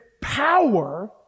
power